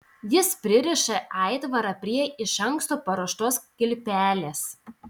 jis pririša aitvarą prie iš anksto paruoštos kilpelės